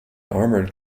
armored